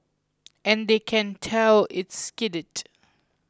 and they can tell is skidded